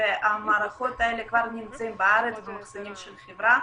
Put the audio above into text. והמערכות האלה כבר נמצאות בארץ במחסני החברה.